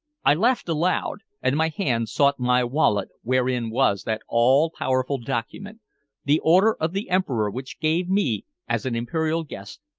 i laughed aloud, and my hand sought my wallet wherein was that all-powerful document the order of the emperor which gave me, as an imperial guest,